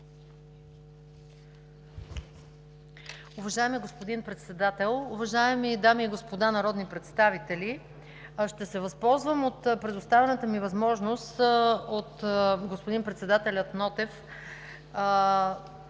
Уважаеми господин Председател, уважаеми дами и господа народни представители! Ще се възползвам от предоставената ми възможност от господин председателя Нотев